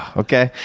okay.